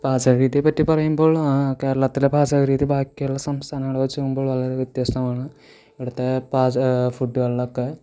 പാചക രീതിയെ പറ്റി പറയുമ്പോൾ കേരളത്തിലെ പാചക രീതി ബാക്കിയുള്ള സംസ്ഥാനങ്ങളെ വെച്ച് നോക്കുമ്പോള് വളരെ വ്യത്യസ്തമാണ് ഇവിടത്തെ ഫുഡുകളിൽ ഒക്കെ